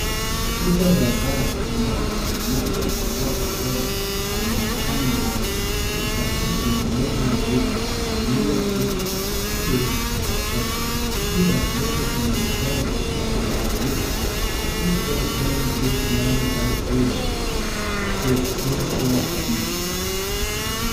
Chupa za dawa ambapo moja imewekwa mbele na inaonekana wazi, chupa hii ina lebo nyeupe iliyoandikwa pills for sex pia lebo ina nambari ya utambulisho T478950\24D.